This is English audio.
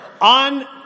on